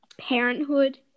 Parenthood